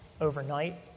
overnight